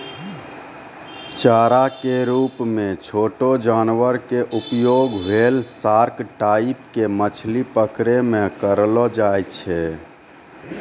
चारा के रूप मॅ छोटो जानवर के उपयोग व्हेल, सार्क टाइप के मछली पकड़ै मॅ करलो जाय छै